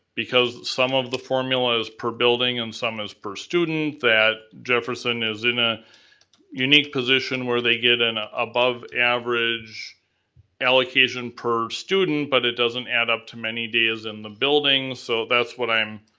because some of the formula is per building and some is per student, that jefferson is in a unique position where they get an above average allocation per student, but it doesn't add up to many days in the building. so that's what i'm.